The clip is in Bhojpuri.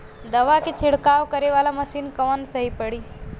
दवा के छिड़काव करे वाला मशीन कवन सही पड़ी?